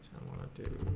wanna do